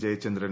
Jayachandran